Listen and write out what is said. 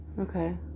Okay